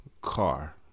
car